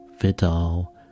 Vidal